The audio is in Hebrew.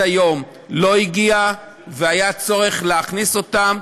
היום לא הגיעה אליהם והיה צורך להכניס אותם,